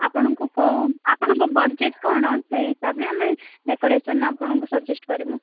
ଆପଣଙ୍କୁ କେଉଁ ଆପଣଙ୍କ ବଜେଟ୍ କ'ଣ ସେଇ ହିସାବରେ ଆମେ ଡେକୋରେସନ୍ ଆପଣଙ୍କୁ ସଜେଷ୍ଟ୍ କରିବୁ